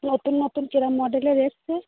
নতুন নতুন কীরকম মডেলের এসেছে